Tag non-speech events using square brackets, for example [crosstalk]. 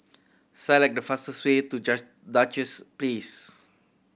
select the fastest way to [unintelligible] Duchess Place